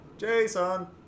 Jason